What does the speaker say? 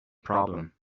problem